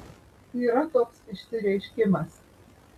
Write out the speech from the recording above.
yra toks išsireiškimas